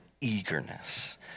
eagerness